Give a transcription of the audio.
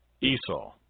Esau